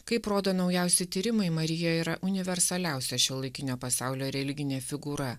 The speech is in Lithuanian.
kaip rodo naujausi tyrimai marija yra universaliausia šiuolaikinio pasaulio religinė figūra